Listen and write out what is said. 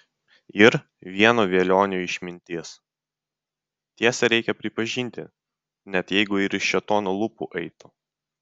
ir vieno velionio išmintis tiesą reikia pripažinti net jeigu ir iš šėtono lūpų eitų